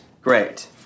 Great